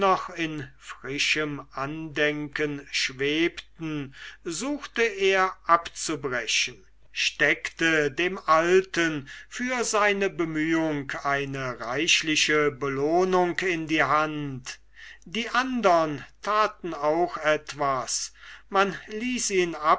in frischem andenken schwebten suchte er abzubrechen steckte dem alten für seine bemühung eine reichliche belohnung in die hand die andern taten auch etwas man ließ ihn